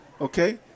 okay